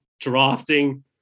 drafting